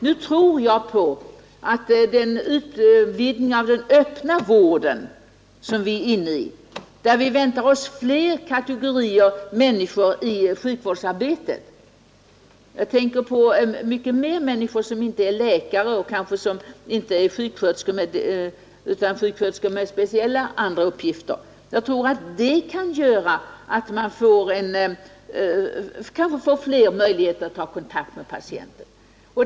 Nu tror jag att man genom den utvidgning av den öppna vården som vi är inne på och där vi väntar oss fler kategorier människor i sjukvårdsarbete — jag tänker inte på läkare eller sjuksköterskor utan sköterskor med speciella andra uppgifter — andra som kan få kontakt med patienten.